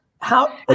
How-